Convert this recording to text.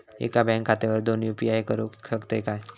एका बँक खात्यावर दोन यू.पी.आय करुक शकतय काय?